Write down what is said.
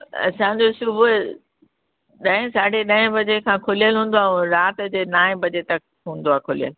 असांजो सुबुहु ॾहें साढे ॾहें बजे खां खुलियल हूंदो आहे ऐं राति जे नाएं बजे तक हूंदो आहे खुलियल